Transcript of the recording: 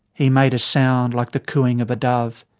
he made a sound like the cooing of a dove.